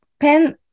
pen